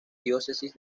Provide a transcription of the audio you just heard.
diócesis